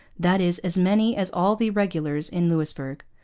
that is, as many as all the regulars in louisbourg.